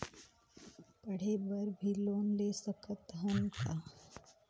पढ़े बर भी लोन ले सकत हन का?